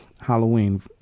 Halloween